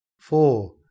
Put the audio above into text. four